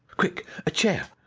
quick a chair,